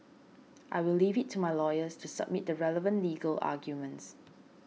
I will leave it to my lawyers to submit the relevant legal arguments